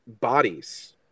bodies